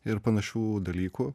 ir panašių dalykų